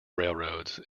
railroads